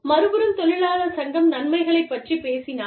மறுபுறம் தொழிலாளர் சங்கம் நன்மைகளைப் பற்றிப் பேசினால்